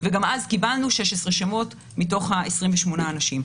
וגם אז קיבלנו 16 שמות מתוך 28 האנשים.